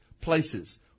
Places